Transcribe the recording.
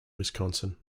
wisconsin